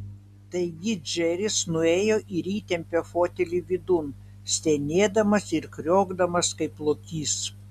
taigi džeris nuėjo ir įtempė fotelį vidun stenėdamas ir kriokdamas kaip lokys